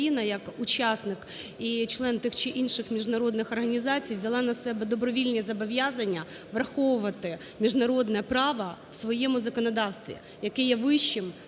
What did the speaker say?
як учасник і член тих чи інших міжнародних організацій взяла на себе добровільні зобов'язання враховувати міжнародне право в своєму законодавстві, яке є вищим,